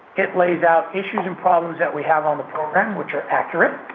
it lays out issues and problems that we have on the program, which are accurate,